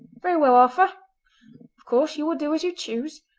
very well, arthur! of course you will do as you choose.